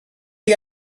chi